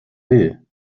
will